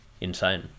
insane